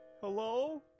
hello